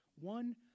One